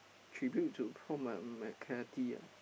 tribute to Paul Mc Mc McCathy ah